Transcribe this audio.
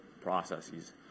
processes